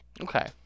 Okay